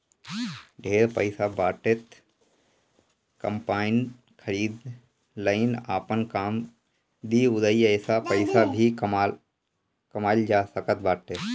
ढेर पईसा बाटे त कम्पाईन खरीद लअ इ आपनो काम दी अउरी एसे पईसा भी कमाइल जा सकत बाटे